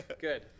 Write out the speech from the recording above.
Good